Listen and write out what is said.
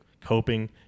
coping